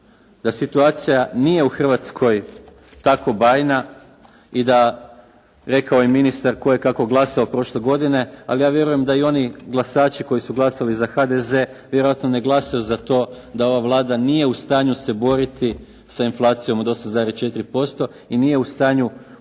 da situacija nije u Hrvatskoj tako bajna i da rekao je ministar tko je kako glasao prošle godine, ali ja vjerujem da io ni glasački koji su glasali za HDZ vjerojatno ne glasuju za to da ova Vlada nije u stanju se boriti sa inflacijom od 8,4% i nije u stanju pomoći